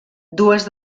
dues